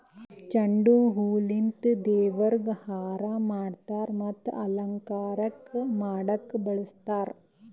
ಚೆಂಡು ಹೂವಿಲಿಂತ್ ದೇವ್ರಿಗ್ ಹಾರಾ ಮಾಡ್ತರ್ ಮತ್ತ್ ಅಲಂಕಾರಕ್ಕ್ ಮಾಡಕ್ಕ್ ಬಳಸ್ತಾರ್